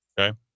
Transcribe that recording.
okay